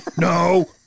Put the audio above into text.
no